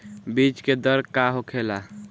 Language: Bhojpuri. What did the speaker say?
बीज के दर का होखेला?